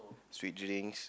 sweet drinks